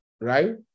right